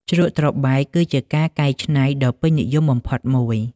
ជ្រក់ត្របែក គឺជាការកែច្នៃដ៏ពេញនិយមបំផុតមួយ។